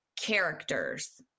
characters